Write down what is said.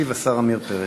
ישיב השר עמיר פרץ.